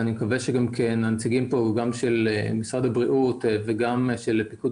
אבל אני מקווה שהנציגים של משרד הבריאות ושל פיקוד